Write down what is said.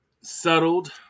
settled